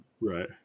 right